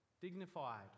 Dignified